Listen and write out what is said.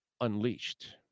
unleashed